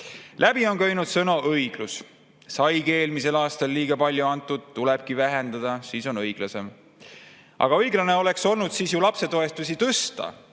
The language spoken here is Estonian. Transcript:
Läbi on käinud sõna "õiglus". Saigi eelmisel aastal liiga palju antud, tulebki vähendada, siis on õiglasem. Aga õiglane oleks olnud siis ju lapsetoetusi tõsta,